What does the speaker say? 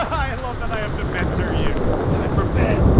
i love that i have to mentor you. time for bed